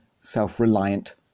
self-reliant